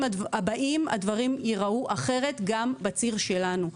הבאים הדברים ייראו אחרת גם בציר שלנו.